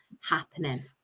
happening